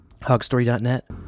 Hogstory.net